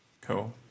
cool